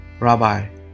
Rabbi